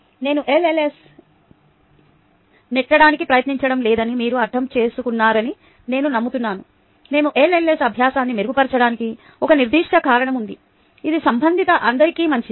నేను ఎల్ఎల్ఎస్ను నెట్టడానికి ప్రయత్నించడం లేదని మీరు అర్థం చేసుకున్నారని నేను నమ్ముతున్నాను మేము ఎల్ఎల్ఎస్ అభ్యాసాన్ని మెరుగుపరచడానికి ఒక నిర్దిష్ట కారణం ఉంది ఇది సంబంధిత అందరికీ మంచిది